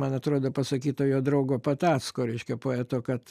man atrodo pasakyta jo draugo patacko reiškia poeto kad